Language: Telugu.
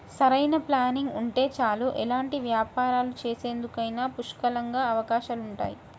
సరైన ప్లానింగ్ ఉంటే చాలు ఎలాంటి వ్యాపారాలు చేసేందుకైనా పుష్కలంగా అవకాశాలుంటాయి